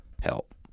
help